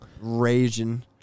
raging